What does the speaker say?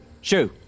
shoo